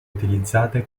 utilizzate